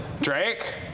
Drake